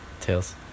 Tails